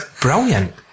brilliant